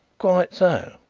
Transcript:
quite so.